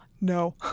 No